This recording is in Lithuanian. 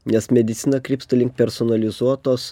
nes medicina krypsta link personalizuotos